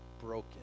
broken